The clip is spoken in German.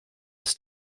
ist